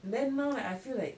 then now like I feel like